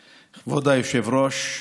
היושב-ראש,